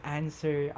answer